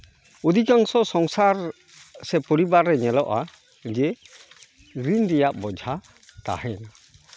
ᱚᱫᱷᱤᱠᱟᱝᱥᱚ ᱥᱚᱝᱥᱟᱨ ᱥᱮ ᱯᱚᱨᱤᱵᱟᱨ ᱨᱮ ᱧᱮᱞᱚᱜᱼᱟ ᱡᱮ ᱨᱤᱱ ᱨᱮᱭᱟᱜ ᱵᱳᱡᱷᱟ ᱛᱟᱦᱮᱱᱟ